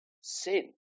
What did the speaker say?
sin